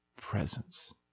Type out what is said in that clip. presence